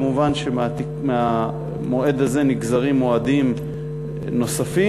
מובן שמהמועד הזה נגזרים מועדים נוספים.